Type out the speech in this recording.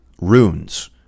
runes